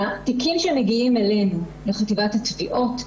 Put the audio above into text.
התיקים שמגיעים לחטיבת התביעות,